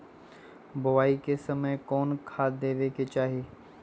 बोआई के समय कौन खाद देवे के चाही?